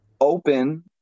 open